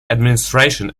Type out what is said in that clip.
administration